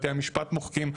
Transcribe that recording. בתי המשפט מוחקים,